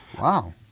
wow